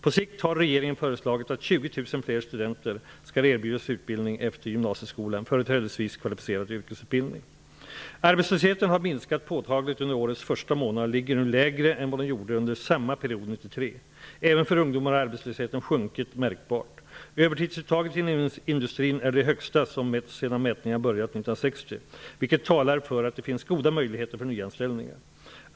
På sikt har regeringen föreslagit att 20 000 fler studenter skall erbjudas utbildning efter gymnasieskolan, företrädesvis kvalificerad yrkesutbildning. Arbetslösheten har minskat påtagligt under årets första månader och ligger nu lägre än vad den gjorde under samma period 1993. Även för ungdomar har arbetslösheten sjunkit märkbart. Övertidsuttaget inom industrin är det högsta som mäts sedan mätningarna började 1960, vilket talar för att det finns goda möjligheter för nyanställningar.